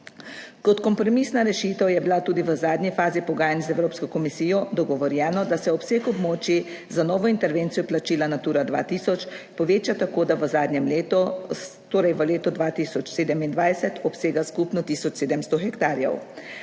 Kot kompromisna rešitev je bila tudi v zadnji fazi pogajanj z Evropsko komisijo dogovorjeno, da se obseg območij za novo intervencijo plačila Natura 2000 poveča, tako da v zadnjem letu, torej v letu 2027 obsega skupno tisoč 700 hektarjev.